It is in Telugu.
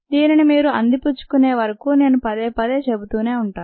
దీనిని మీరు అందిపుచ్చుకునే వరకు నేను పదే పదే చెబుతూనే ఉంటాయి